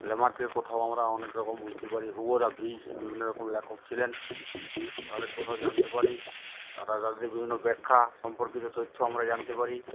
ল্যামার্কের কথাও আমরা অনেক রকম বুঝতে পারি হুগো দা ভ্রিস বিভিন্ন রকম লেখক ছিলেন তাদের কোথাও জানতে পারি তারা তাদের বিভিন্ন ব্যাখ্যা সম্পর্কিত তথ্য আমরা জানতে পারি